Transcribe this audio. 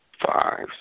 Five